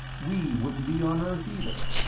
we wouldn't be on earth either.